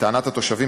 לטענת התושבים,